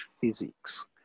physics